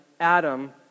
Adam